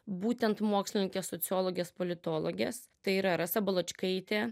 būtent mokslininkės sociologės politologės tai yra rasa baločkaitė